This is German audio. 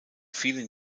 vielen